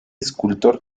escultor